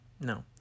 No